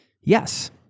yes